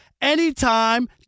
anytime